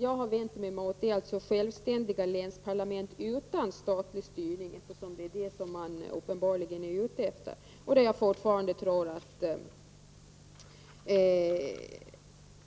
Jag har vänt mig mot att man inrättar självständiga länsparlament utan statlig styrning. Det är uppenbarligen det man är ute efter. Jag tror fortfarande